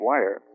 Wire